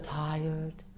tired